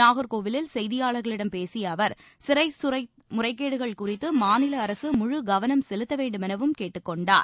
நாகர்கோயிலில் செய்தியாளர்களிடம் பேசிய அவர் சிறைத்துறை முறைகேடுகள் குறித்து மாநில அரசு முழு கவனம் செலுத்த வேண்டுமெனவும் கேட்டுக் கொண்டார்